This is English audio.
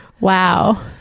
Wow